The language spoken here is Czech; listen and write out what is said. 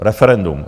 Referendum.